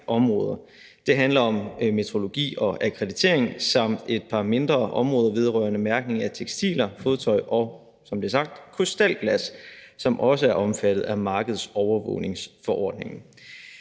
Det handler om metrologi og akkreditering samt et par mindre områder vedrørende mærkning af tekstiler, fodtøj og, som det er sagt, krystalglas, som også er omfattet af markedsovervågningsforordningen.